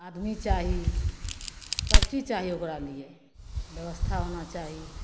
आदमी चाही सब चीज चाही ओकरा लिये व्यवस्था होना चाही